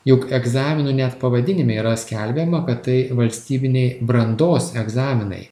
juk egzaminų net pavadinime yra skelbiama kad tai valstybiniai brandos egzaminai